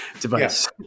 device